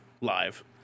live